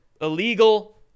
illegal